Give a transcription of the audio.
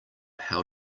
how